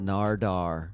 Nardar